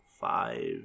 five